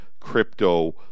crypto